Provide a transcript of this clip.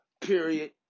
period